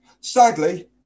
Sadly